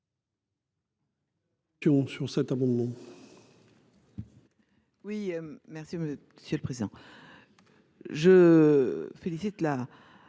à cet amendement.